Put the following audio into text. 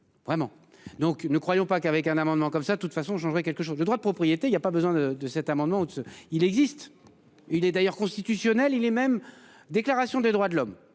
Vraiment. Donc nous ne croyons pas qu'avec un amendement comme ça de toute façon je voudrais quelque chose de droit de propriété, il y a pas besoin de de cet amendement il existe. Il est d'ailleurs constitutionnelle, il est même déclaration des droits de l'homme